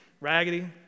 raggedy